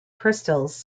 crystals